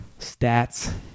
stats